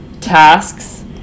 tasks